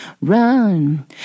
run